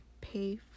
pay